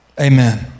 Amen